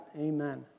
Amen